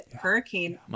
hurricane